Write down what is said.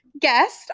guest